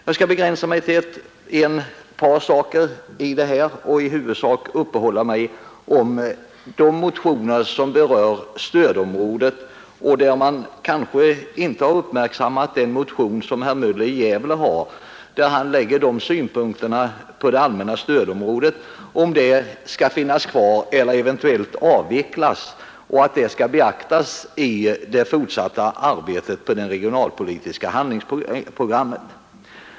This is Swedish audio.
Jag skall begränsa mig till ett par frågor i detta sammanhang och kommer i huvudsak att uppehålla mig vid de motioner som berör stödområdet. Man har bland dessa kanske inte tillräckligt uppmärksammat motionen av herr Möller i Gävle m.fl., där motionärerna anlägger en del synpunkter på frågan, om allmänna stödområdet skall finnas kvar eller eventuellt avvecklas, vilka han anser ska beaktas i det fortsatta arbetet på det regionalpolitiska handlingsprogrammet.